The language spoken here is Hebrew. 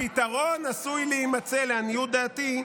הפתרון עשוי להימצא, לעניות דעתי,